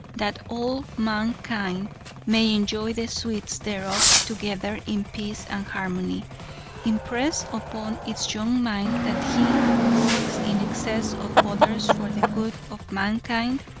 that all mankind may enjoy the sweets thereof together in peace and harmony impress upon its young mind, that he who works in excess of others for the good of mankind,